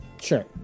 sure